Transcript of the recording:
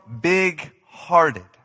big-hearted